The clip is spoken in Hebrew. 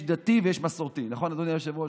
יש דתי ויש מסורתי, נכון, אדוני היושב-ראש?